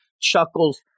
chuckles